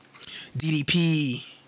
DDP